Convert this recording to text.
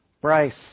Bryce